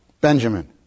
Benjamin